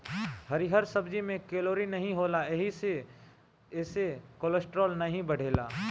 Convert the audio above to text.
हरिहर सब्जी में कैलोरी नाही होला एही से एसे कोलेस्ट्राल नाई बढ़ेला